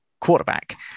quarterback